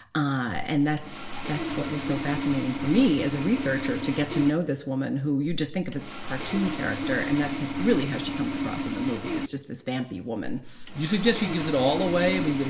ah and that's that's what was so fascinating for me as a researcher to get to know this woman who you just think of as a cartoon character. and that's ah really how she comes across in the movie is just this vampy woman you suggest she gives it all away. i mean,